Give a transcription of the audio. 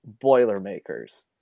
Boilermakers